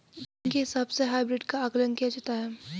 धन के हिसाब से हाइब्रिड का आकलन किया जाता है